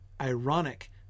ironic